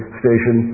station